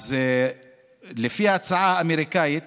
לפי ההצעה האמריקאית,